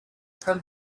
from